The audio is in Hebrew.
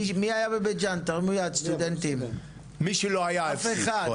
מי שלא היה הפסיד.